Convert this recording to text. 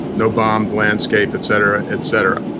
no bombs, landscape, etc, etc.